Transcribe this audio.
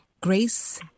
Grace